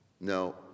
No